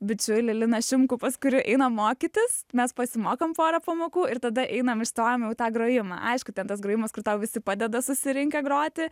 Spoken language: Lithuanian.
bičiulį liną šimkų pas kurį einam mokytis mes pasimokom porą pamokų ir tada einam išstojom jau tą grojimą aišku ten tas grojimas kur tau visi padeda susirinkę groti